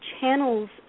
channels